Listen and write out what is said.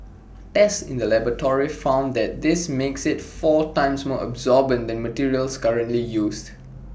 tests in the laboratory found that this makes IT four times more absorbent than materials currently used